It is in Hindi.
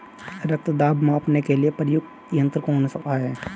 रक्त दाब मापने के लिए प्रयुक्त यंत्र कौन सा है?